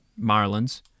Marlins